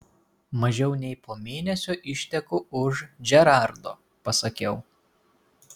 mažiau nei po mėnesio išteku už džerardo pasakiau